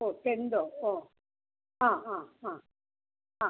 ഓ എന്തോ ഓ ആ ആ ആ ആ